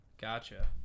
Gotcha